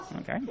Okay